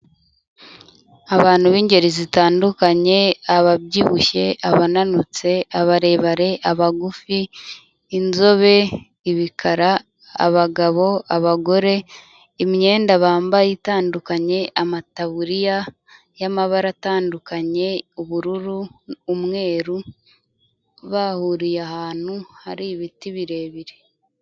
Abantu b'ingeri zitandukanye ababyibushye, abananutse, abarebare, abagufi, inzobe, ibikara, abagabo, abagore, imyenda bambaye itandukanye, amataburiya y'amabara atandukanye ubururu, umweru bahuriye ahantu hari ibiti birebire.